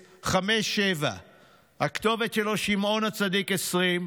050-7297057. הכתובת שלו: שמעון הצדיק 20,